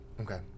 Okay